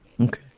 Okay